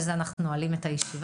בזה אנחנו נועלים את הישיבה.